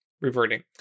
Reverting